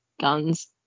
Guns